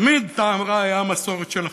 תמיד טעם רע היה המסורת שלכם.